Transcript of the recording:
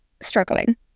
struggling